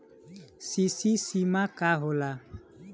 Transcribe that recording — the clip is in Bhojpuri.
सी.सी सीमा का होला?